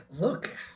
look